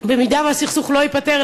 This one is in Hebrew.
אם הסכסוך לא ייפתר,